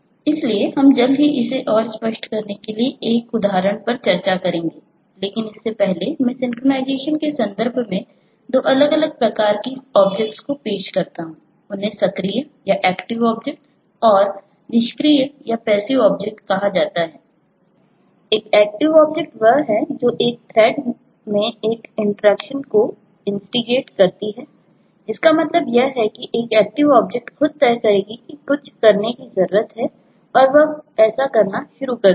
इसलिए हम जल्द ही इसे और स्पष्ट करने के लिए एक उदाहरण पर चर्चा करेंगे लेकिन इससे पहले मैं सिंक्रनाइज़ेशन खुद तय करेगी कि कुछ करने की जरूरत है और वह ऐसा करना शुरू कर देगी